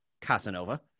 Casanova